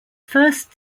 first